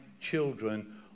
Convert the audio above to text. children